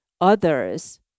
others